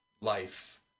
life